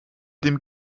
dem